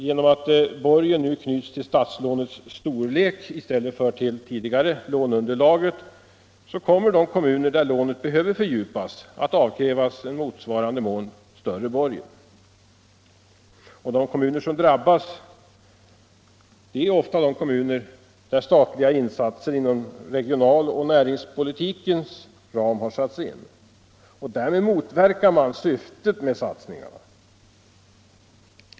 Genom att borgen nu knyts till statslånets storlek i stället för som tidigare till låneunderlaget kommer de kommuner, där lånet behöver fördjupas, att avkrävas i motsvarande mån större borgen. De som drabbas är ofta de kommuner där statliga insatser inom regionaloch näringspolitikens ram har gjorts. Därmed motverkar man syftet med satsningarna.